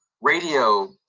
radio